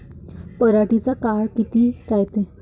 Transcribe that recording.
पराटीचा काळ किती रायते?